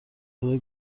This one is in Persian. مدل